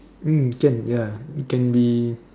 thing we'll get ya we can be